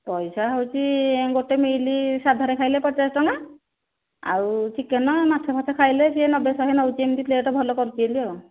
ପଇସା ହେଉଛି ଗୋଟେ ମିଲ୍ ସାଧାରେ ଖାଇଲେ ପଚାଶ ଟଙ୍କା ଆଉ ଚିକେନ୍ ମାଛ ଫାଛ ଖାଇଲେ ସେ ନବେ ଶହେ ନେଉଛି ଏମିତି ପ୍ଲେଟ୍ ଭଲ କରୁଛି ବୋଲି ଆଉ